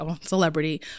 celebrity